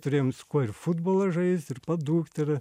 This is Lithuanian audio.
turėjom su kuo ir futbolą žaist ir padūkt ir